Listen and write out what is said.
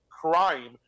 crime